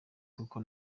kuko